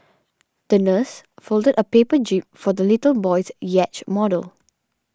the nurse folded a paper jib for the little boy's yacht model